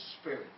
spirit